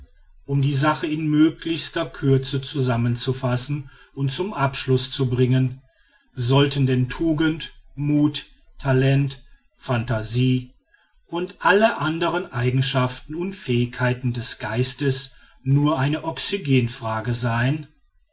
um die sache in möglichster kürze zusammenzufassen und zum abschluß zu bringen sollten denn tugend muth talent phantasie und alle anderen eigenschaften und fähigkeiten des geistes nur eine oxygenfrage sein